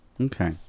Okay